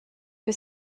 für